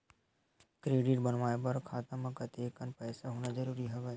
Credit बनवाय बर खाता म कतेकन पईसा होना जरूरी हवय?